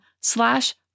slash